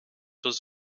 was